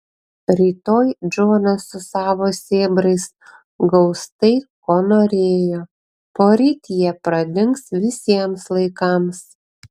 rytoj džonas su savo sėbrais gaus tai ko norėjo poryt jie pradings visiems laikams